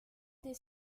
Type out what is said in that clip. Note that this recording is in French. des